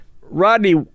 Rodney